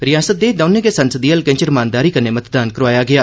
रिआसत दे दौनें गै संसदी हलकें च रमानदारी कन्नै मतदान करोआया गेआ